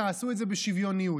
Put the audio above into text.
תעשו את זה בשוויוניות.